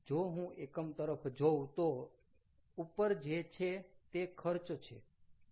જો હું એકમ તરફ જોઉં તો ઉપર જે છે તે ખર્ચ છે